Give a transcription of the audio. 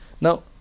now